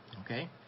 Okay